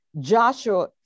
Joshua